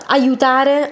aiutare